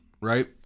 right